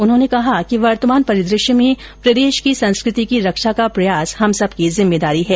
उन्होंने कहा कि वर्तमान परिदृश्य में प्रदेश की संस्कृति की रक्षा का प्रयास हम सब की जिम्मेदारी है